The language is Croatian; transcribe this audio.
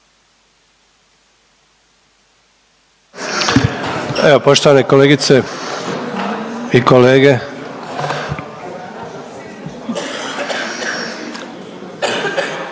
već poštovane kolegice i kolega